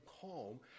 calm